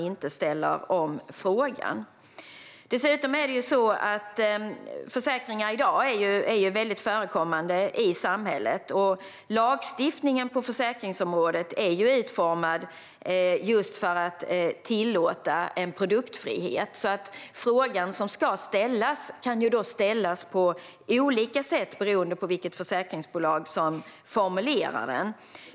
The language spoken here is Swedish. Försäkringar är i dag mycket förekommande i samhället. Lagstiftningen på försäkringsområdet är utformad just för att tillåta en produktfrihet. Frågan som ska ställas kan ställas på olika sätt beroende på vilket försäkringsbolag som formulerar den.